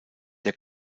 der